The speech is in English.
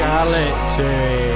Galaxy